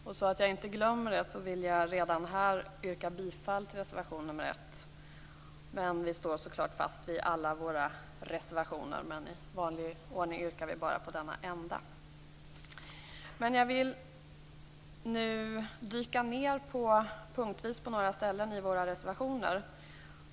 För att jag inte skall glömma det vill jag redan här yrka bifall till reservation nr 1. Vi står så klart fast vid alla våra reservationer, men i vanlig ordning begränsar vi oss till att yrka bifall till en. Jag vill nu dyka ned punktvis på några ställen i våra reservationer.